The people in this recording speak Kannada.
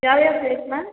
ಯಾವ್ಯಾವ ಪ್ಲೇಸ್ ಮ್ಯಾಮ್